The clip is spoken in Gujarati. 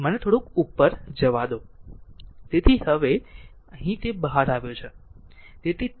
તેથી અહીં હવે આ તે બહાર આવ્યું છે બરાબર